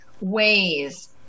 ways